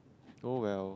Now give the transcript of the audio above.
oh well